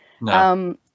No